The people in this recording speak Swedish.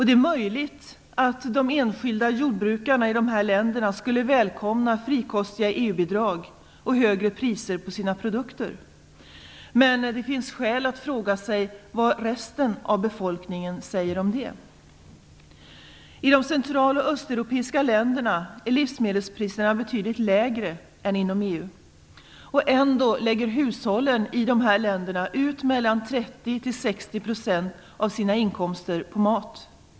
Det är möjligt att de enskilda jordbrukarna i dessa länder skulle välkomna frikostiga EU-bidrag och högre priser på sina produkter. Men det finns skäl att fråga sig vad resten av befolkningen säger om det. I de central och östeuropeiska länderna är livsmedelspriserna betydligt lägre än inom EU. Ändå lägger hushållen i dessa länder ut mellan 30 % och 60 % av sina inkomster på mat.